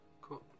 Cool